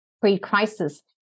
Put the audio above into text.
pre-crisis